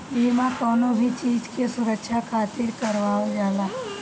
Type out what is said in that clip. बीमा कवनो भी चीज के सुरक्षा खातिर करवावल जाला